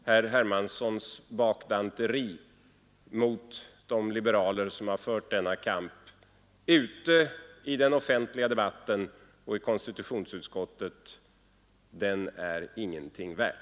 Herr Hermanssons bakdanteri mot de liberaler som fört denna kamp ute i den offentliga debatten och i konstitutionsutskottet är ingenting värt.